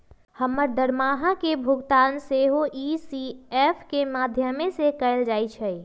हमर दरमाहा के भुगतान सेहो इ.सी.एस के माध्यमें से कएल जाइ छइ